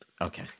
Okay